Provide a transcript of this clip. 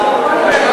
אדוני השר,